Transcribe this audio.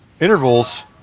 Intervals